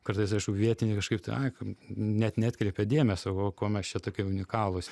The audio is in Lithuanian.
kartais aišku vietiniai kažkaip tai ai kam net neatkreipia dėmesio o kuo mes čia tokie unikalūs